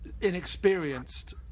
inexperienced